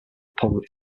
public